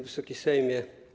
Wysoki Sejmie!